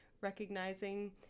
recognizing